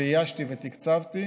איישתי ותקצבתי,